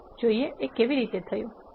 ચાલો જોઈએ કે આ કેવી રીતે કરવું